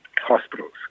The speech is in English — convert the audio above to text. hospitals